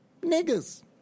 niggers